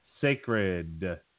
Sacred